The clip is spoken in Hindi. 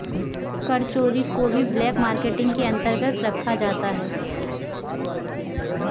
कर चोरी को भी ब्लैक मार्केटिंग के अंतर्गत रखा जाता है